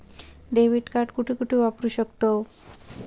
Debit card कुठे कुठे वापरू शकतव?